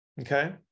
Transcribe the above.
Okay